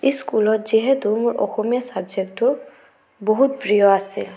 স্কুলত যিহেতু মোৰ অসমীয়া চাবজেক্টটো বহুত প্ৰিয় আছিল